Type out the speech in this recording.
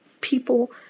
people